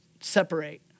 separate